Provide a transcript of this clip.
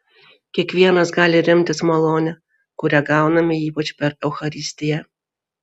kiekvienas gali remtis malone kurią gauname ypač per eucharistiją